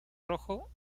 rojo